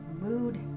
mood